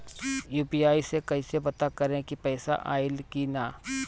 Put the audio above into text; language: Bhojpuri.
यू.पी.आई से कईसे पता करेम की पैसा आइल की ना?